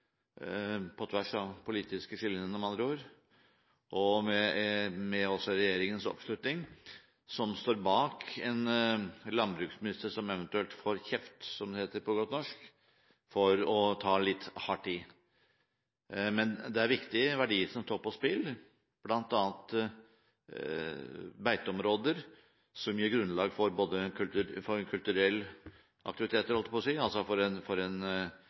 på tvers av de politiske skillelinjene, med andre ord – og med regjeringens oppslutning som står bak en landbruksminister som eventuelt får kjeft, som det heter på godt norsk, for å ta litt hardt i. Men det er viktige verdier som står på spill, bl.a. beiteområder, som gir grunnlag for en kultur, for en minoritets måte å leve på – en livsstil, og samtidig for en